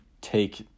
take